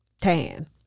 Tan